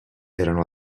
erano